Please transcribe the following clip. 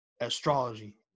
astrology